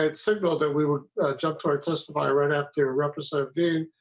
ah signal that we were jakarta spire and after represent the